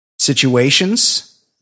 situations